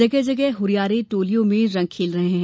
जगह जगह हुरियारे टोलियों में रंग खेल रहे हैं